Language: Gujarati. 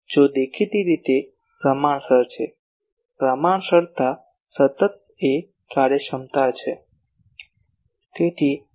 જો દેખીતી રીતે તે પ્રમાણસર છે પ્રમાણસરતા સતત એ કાર્યક્ષમતા છે